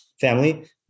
Family